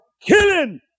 killing